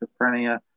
schizophrenia